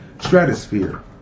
stratosphere